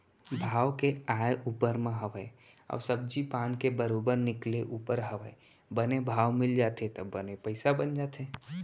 भाव के आय ऊपर म हवय अउ सब्जी पान के बरोबर निकले ऊपर हवय बने भाव मिल जाथे त बने पइसा बन जाथे